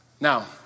Now